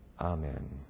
Amen